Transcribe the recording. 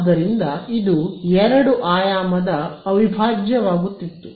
ಆದ್ದರಿಂದ ಇದು ಎರಡು ಆಯಾಮದ ಅವಿಭಾಜ್ಯವಾಗುತ್ತಿತ್ತು